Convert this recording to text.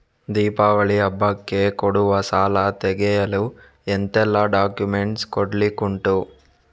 ದೀಪಾವಳಿ ಹಬ್ಬಕ್ಕೆ ಕೊಡುವ ಸಾಲ ತೆಗೆಯಲು ಎಂತೆಲ್ಲಾ ಡಾಕ್ಯುಮೆಂಟ್ಸ್ ಕೊಡ್ಲಿಕುಂಟು?